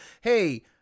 Hey